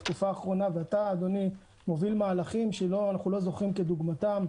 בתקופה האחרונה מוביל מהלכים שאנחנו לא זוכרים כדוגמתם.